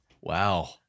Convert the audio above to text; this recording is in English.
Wow